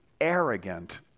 arrogant